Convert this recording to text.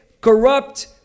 corrupt